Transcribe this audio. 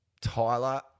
Tyler